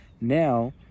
Now